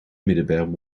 middenberm